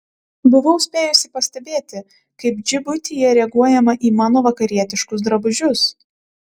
buvau spėjusi pastebėti kaip džibutyje reaguojama į mano vakarietiškus drabužius